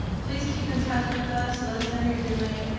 please keep in touch with us, let us know how you're doing.